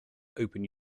open